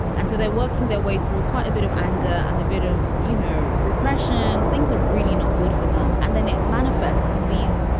and so they're working their way through quite a bit of anger and a bit of, you know, repression and things are really not good for them. and then it manifests in these,